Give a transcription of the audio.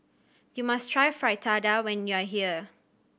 you must try Fritada when you are here